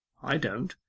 i don't.